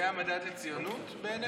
זה המדד לציונות, בעיניך?